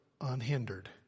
unhindered